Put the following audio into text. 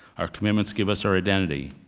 our commitments give us our identity.